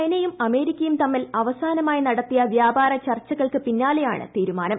ചൈനയും അമേരിക്കയും തമ്മിൽ അവസാനമായി നടത്തിയ വ്യാപാര ചർച്ചകൾക്ക് പിന്നാലെയാണ് തീരുമാനം